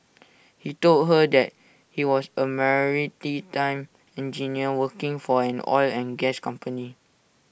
he told her that he was A time engineer working for an oil and gas company